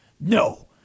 no